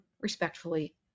respectfully